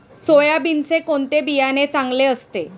सोयाबीनचे कोणते बियाणे चांगले असते?